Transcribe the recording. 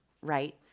right